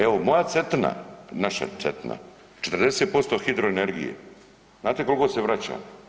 Evo moja Cetina, naša Cetina 40% hidroenergije, znate koliko se vraća?